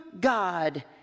God